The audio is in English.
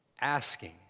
Asking